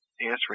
answering